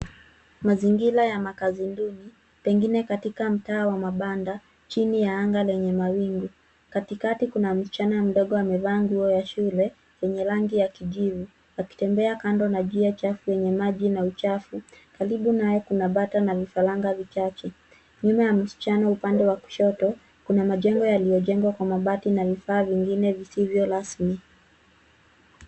Mazingira ya makazi duni, pengine katika mtaa wa mabanda, chini ya anga lenye mawingu. Katikati kuna msichana mdogo amevaa nguo ya shule, yenye rangi ya kijivu, akitembea kando na njia chafu yenye maji na uchafu. Karibu naye kuna bata na vifaranga vichache. Nyuma ya msichana upande wa kushoto, kuna majengo yaliyojengwa kwa mabati na vifaa vingine visivyo rasmi.